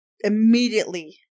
immediately